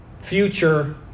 future